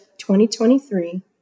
2023